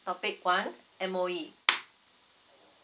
topic one M_O_E